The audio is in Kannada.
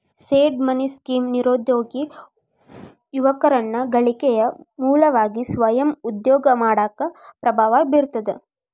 ಸೇಡ್ ಮನಿ ಸ್ಕೇಮ್ ನಿರುದ್ಯೋಗಿ ಯುವಕರನ್ನ ಗಳಿಕೆಯ ಮೂಲವಾಗಿ ಸ್ವಯಂ ಉದ್ಯೋಗ ಮಾಡಾಕ ಪ್ರಭಾವ ಬೇರ್ತದ